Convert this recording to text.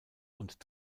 und